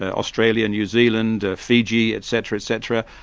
ah australia, new zealand, fiji etc etc,